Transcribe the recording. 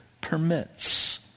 permits